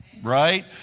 Right